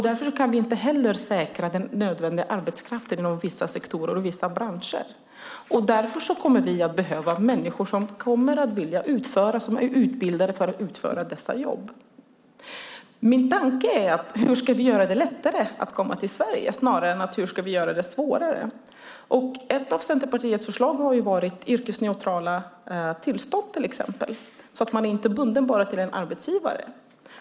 Därför kan vi inte heller säkra den nödvändiga arbetskraften inom vissa sektorer och vissa branscher. Vi kommer därför att behöva människor som vill utföra och är utbildade för att utföra dessa jobb. Min tanke är snarare: Hur ska vi göra det lättare att komma till Sverige i stället för att göra det svårare? Ett av Centerpartiets förslag har till exempel varit yrkesneutrala tillstånd. Personen är då inte bunden bara till en arbetsgivare.